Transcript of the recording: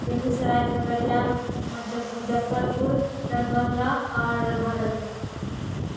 बेगूसराय खगड़िया मझ मुज़फ़्फ़रपुर दरभंगा और भागलपुर